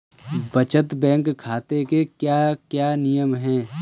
बचत बैंक खाते के क्या क्या नियम हैं?